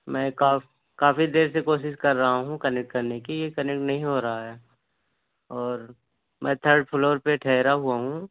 میں کاف کافی دیر سے کوشش کر رہا ہوں کنیکٹ کرنے کی کنیکٹ نہیں ہو رہا ہے اور میں تھرڈ فلور پہ ٹھہرا ہوا ہوں